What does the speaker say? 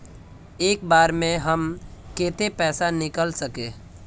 एक बार में हम केते पैसा निकल सके?